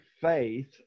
faith